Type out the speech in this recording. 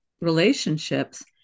relationships